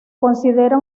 considera